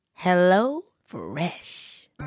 HelloFresh